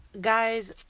Guys